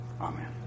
Amen